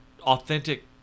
Authentic